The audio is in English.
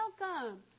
welcome